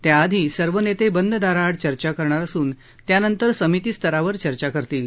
त्या आधी सर्व नेते बंद दाराआड चर्चा करणार असून त्यानंतर समितीस्तरावर चर्चा करतील